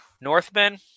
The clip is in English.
Northman